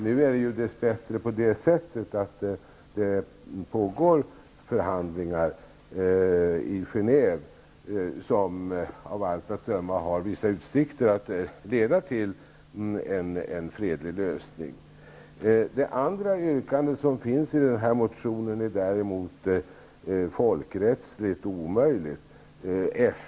Nu pågår dess bättre förhandlingar i Genève, som av allt att döma har vissa utsikter att leda till en fredlig lösning. Det andra yrkandet som finns i motionen är däremot folkrättsligt omöjligt.